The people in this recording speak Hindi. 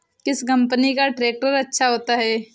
किस कंपनी का ट्रैक्टर अच्छा होता है?